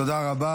תודה רבה.